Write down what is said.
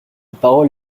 parole